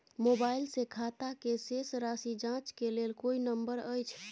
Mobile से खाता के शेस राशि जाँच के लेल कोई नंबर अएछ?